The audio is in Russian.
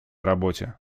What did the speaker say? работе